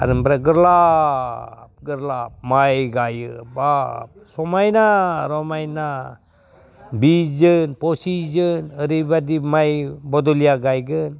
आरो ओमफ्राय गोरलाब गोरलाब माइ गायो बाब समायना रमायना बिसजोन फसिसजोन ओरैबादि माइ बद'लिया गायगोन